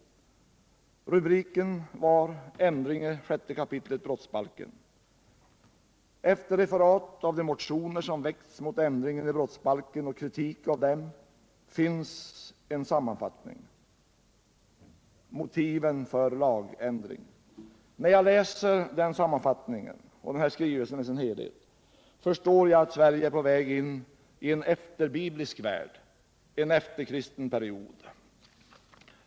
Rubriken var ”Ändring i 6 kap. brottsbalken”. Efter ett referat av de motioner som väckts mot ändringen i brottsbalken och kritik av dem finns en sammanfattning om motiven för lagändringen. När jag läser den sammanfattningen och skrivelsen i dess helhet förstår jag att Sverige är på väg in i en efterbiblisk värld, en efterkristen period.